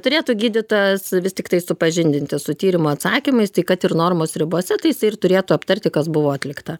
turėtų gydytojas vis tiktai supažindinti su tyrimų atsakymais tai kad ir normos ribose tai jisai ir turėtų aptarti kas buvo atlikta